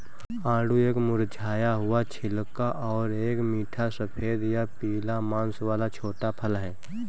आड़ू एक मुरझाया हुआ छिलका और एक मीठा सफेद या पीला मांस वाला छोटा फल है